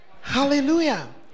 hallelujah